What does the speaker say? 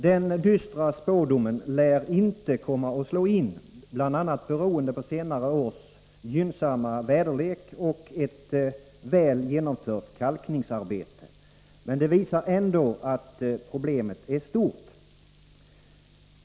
Den dystra spådomen lär inte komma att slå in, bl.a. beroende på senare års gynnsamma väderlek och ett väl genomfört kalkningsarbete, men den visar ändå att problemet är stort.